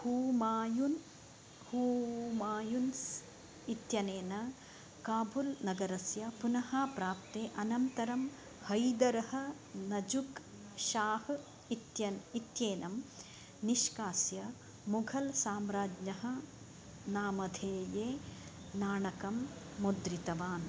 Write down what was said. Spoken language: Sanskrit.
हूमायुन् हूमायुन्स् इत्यनेन काबुल् नगरस्य पुनःप्राप्ते अनन्तरं हैदरः नज़ुक् शाह् इत्य इत्येनं निष्कास्य मुघल् साम्राज्ञः नामधेये नाणकं मुद्रितवान्